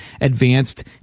advanced